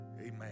Amen